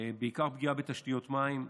בעיקר פגיעה בתשתיות מים,